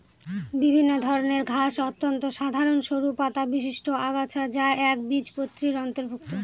বিভিন্ন ধরনের ঘাস অত্যন্ত সাধারন সরু পাতাবিশিষ্ট আগাছা যা একবীজপত্রীর অন্তর্ভুক্ত